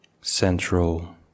central